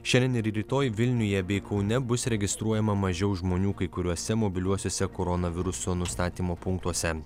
šiandien ir rytoj vilniuje bei kaune bus registruojama mažiau žmonių kai kuriuose mobiliuosiuose koronaviruso nustatymo punktuose